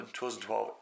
2012